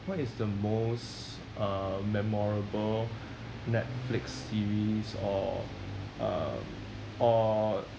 what is the most uh memorable Netflix series or uh or